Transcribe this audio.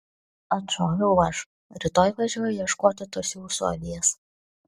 atšoviau aš rytoj važiuoju ieškoti tos jūsų avies